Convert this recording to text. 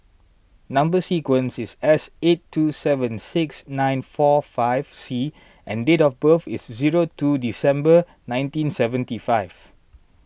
Number Sequence is S eight two seven six nine four five C and date of birth is zero two December nineteen seventy five